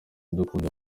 idukunda